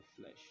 flesh